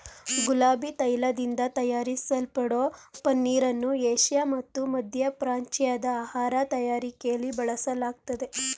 ಗುಲಾಬಿ ತೈಲದಿಂದ ತಯಾರಿಸಲ್ಪಡೋ ಪನ್ನೀರನ್ನು ಏಷ್ಯಾ ಮತ್ತು ಮಧ್ಯಪ್ರಾಚ್ಯದ ಆಹಾರ ತಯಾರಿಕೆಲಿ ಬಳಸಲಾಗ್ತದೆ